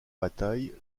batailles